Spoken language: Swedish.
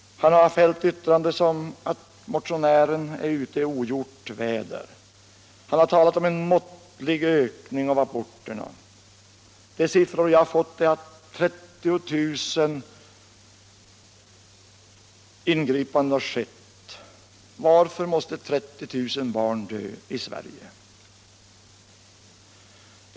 Han har sagt att motionären är ute i ogjort väder. Han har talat om en måttlig ökning av antalet aborter. Den uppgift jag har är att 30 000 ingripanden har skett. Varför måste 30 000 barn dö i Sverige?